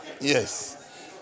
Yes